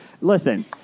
Listen